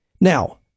Now